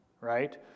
right